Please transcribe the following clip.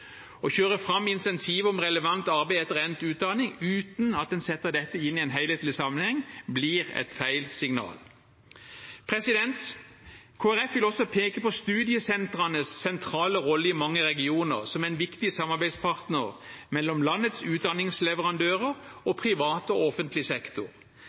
Å kjøre fram insentivet om relevant arbeid etter endt utdanning uten at en setter dette inn i en helhetlig sammenheng, blir et feil signal. Kristelig Folkeparti vil også peke på studiesentrenes sentrale rolle i mange regioner. De er viktige samarbeidspartnere mellom landets utdanningsleverandører og privat og offentlig sektor,